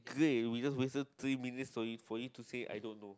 K we just wasted three minutes fo~ for you to say I don't know